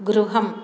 गृहम्